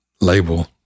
Label